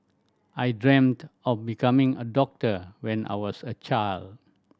I dreamt of becoming a doctor when I was a child